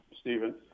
Stephen